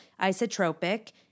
isotropic